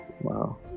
Wow